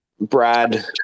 Brad